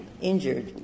injured